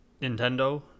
Nintendo